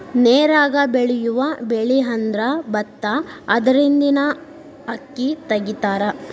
ನೇರಾಗ ಬೆಳಿಯುವ ಬೆಳಿಅಂದ್ರ ಬತ್ತಾ ಅದರಿಂದನ ಅಕ್ಕಿ ತಗಿತಾರ